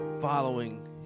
following